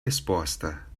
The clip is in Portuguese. resposta